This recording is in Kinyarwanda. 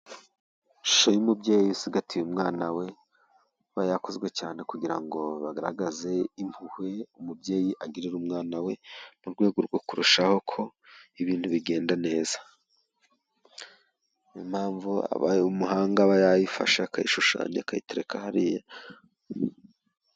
Ishusho y'umubyeyi ucigatiye umwana we, iba yakozwe cyane kugira ngo bagaragaze impuhwe umubyeyi agirira umwana we mu rwego rwo kurushaho ko ibintu bigenda neza. Ni yo mpamvu umuhanga aba yayifashe akayishushanya, akayitereka hariya.